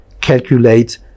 calculate